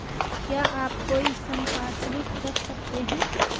क्या आप कोई संपार्श्विक रख सकते हैं?